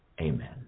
Amen